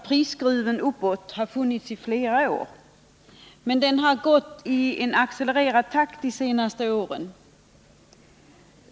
Prisskruven uppåt har funnits i flera år, men den har gått i accelererad takt de senaste åren.